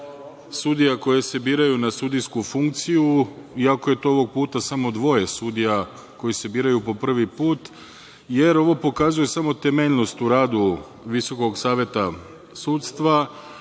sudija koje se biraju na sudijsku funkciju, iako je to ovog puta samo dvoje sudija koji se biraju po prvi put, jer ovo pokazuje samo temeljnost u radu Visokog saveta sudstva